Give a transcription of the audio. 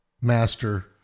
master